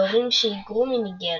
להורים שהיגרו מניגריה.